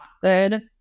good